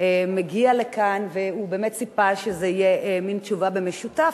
מגיע לכאן והוא באמת ציפה שזו תהיה תשובה במשותף,